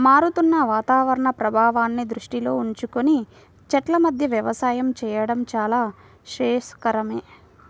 మారుతున్న వాతావరణ ప్రభావాన్ని దృష్టిలో ఉంచుకొని చెట్ల మధ్య వ్యవసాయం చేయడం చాలా శ్రేయస్కరమే